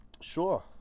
Sure